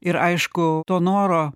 ir aišku to noro